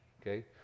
Okay